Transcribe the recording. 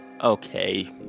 Okay